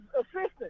assistant